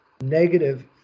Negative